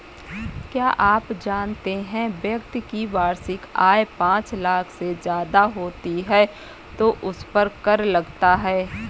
क्या आप जानते है व्यक्ति की वार्षिक आय पांच लाख से ज़्यादा होती है तो उसपर कर लगता है?